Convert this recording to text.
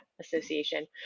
association